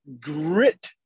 grit